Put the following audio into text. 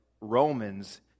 Romans